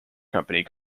company